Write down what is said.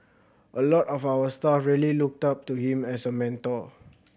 a lot of our staff really looked up to him as a mentor